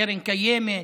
קרן קיימת.